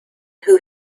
who